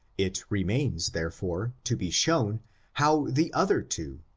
it remains therefore to be shown how the other two,